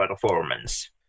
performance